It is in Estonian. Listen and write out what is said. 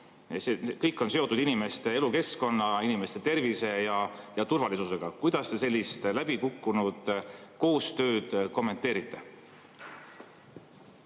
kõik on seotud inimeste elukeskkonnaga, inimeste tervise ja turvalisusega. Kuidas te sellist läbikukkunud koostööd kommenteerite?